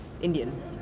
Indian